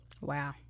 Wow